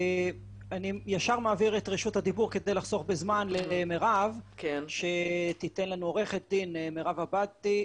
אני ישר מעביר את רשות הדיבור כדי לחסוך בזמן לעורכת דין מירב עבאדי,